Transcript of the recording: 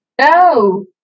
No